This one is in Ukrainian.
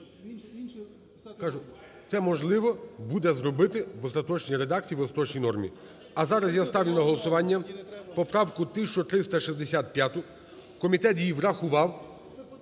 Це можливо буде зробити в остаточній редакції, в остаточній нормі. А зараз я ставлю на голосування поправку 1365, комітет її врахував,